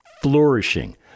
flourishing